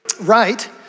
right